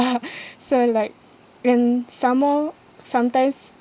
ya so like and some more sometimes